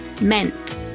meant